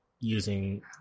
using